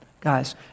Guys